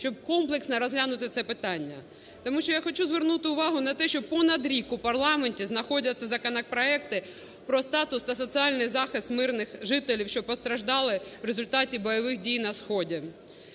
щоб комплексно розглянути це питання. Тому що я хочу звернути увагу на те, що понад рік у парламенті знаходяться законопроекти про статус та соціальний захист мирних жителів, що постраждали в результаті бойових дій на сході,